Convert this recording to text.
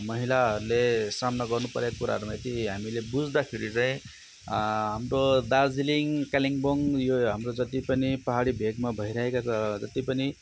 महिलाहरूले सामना गर्नु परेको कुराहरूमा यति हामीले बुझ्दाखेरि चाहिँ हाम्रो दार्जिलिङ कालिम्पोङ यो हाम्रो जति पनि पहाडी भेगमा भइरहेका जति पनि